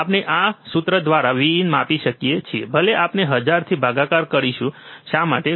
આપણે આ સૂત્ર દ્વારા Vin માપી શકીએ છીએ ભલે આપણે હજારથી ભાગાકાર કરીશું શા માટે